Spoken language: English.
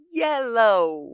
yellow